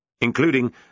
including